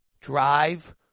Drive